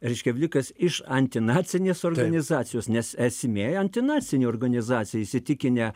reiškia vlikas iš antinacinės organizacijos nes esmė finansinė organizacija įsitikinę